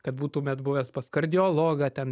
kad būtumėt buvęs pas kardiologą ten